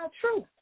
truth